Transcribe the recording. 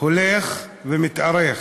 הולך ומתארך.